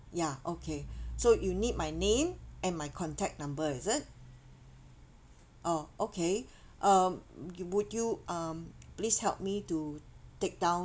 ya okay so you need my name and my contact number is it oh okay um you would you um please help me to take down